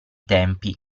tempi